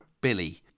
Billy